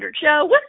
show